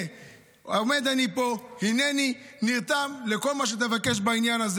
אני פה, אני הקטן עומד פה כדי שאתה תגיד לי: